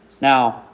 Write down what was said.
Now